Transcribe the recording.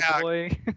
boy